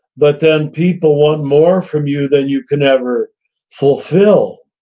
but then people want more from you than you can ever fulfill.